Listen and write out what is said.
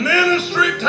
Ministry